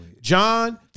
John